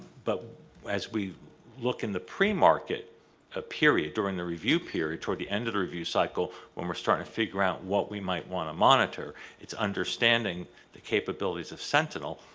but as we look in the pre-market a period during the review period for the end of the cycle when we're starting to figure out what we might want to monitor it's understanding the capabilities of sentinel